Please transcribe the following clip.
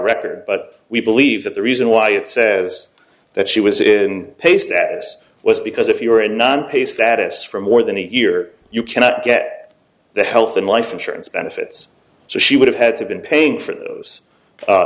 record but we believe that the reason why it says that she was in haste that this was because if you are a non pace that is for more than a year you cannot get the health and life insurance benefits so she would have had to been paying for those